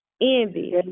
envy